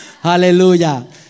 Hallelujah